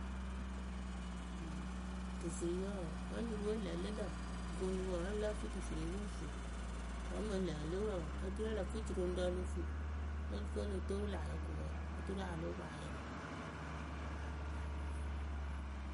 Tufuriwǝ wǝǝ vǝ́ yurǝ we lǝ lɨ lǝ̈ gonu wǝǝ wǝ́ pɨ lǝ́ fɨ tufuriu pɨ fuŋ wǝ́ mɨŋ lǝǝ lɨ wǝǝ oturu ǝ lǝ fɨ juroŋrǝ o lo fuŋ o turu o lo toolu la wɛ ko wǝǝ oturu a lóo poŋ ayɩrɩ.